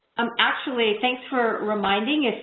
um actually, thanks for reminding.